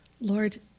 Lord